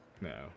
No